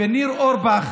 וניר אורבך